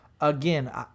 again